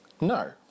No